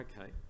Okay